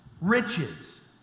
riches